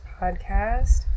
podcast